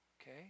Okay